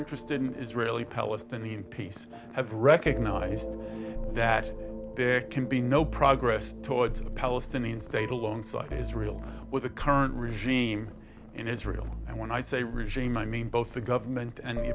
interested in israeli palestinian peace have recognized that there can be no progress towards a palestinian state alongside israel with the current regime in israel and when i say regime i mean both the government and the